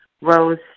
rose